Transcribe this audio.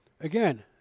again